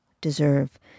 deserve